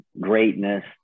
greatness